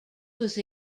was